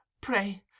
pray